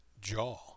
jaw